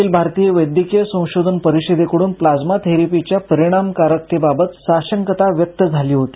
अखिल भारतीय वैद्यकीय संशोधन परिषदेकडून प्लाइमा थेरपीच्या परिणामकारकतेबाबत साशंकता व्यक्त झाली होती